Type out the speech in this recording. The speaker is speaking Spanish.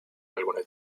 algunas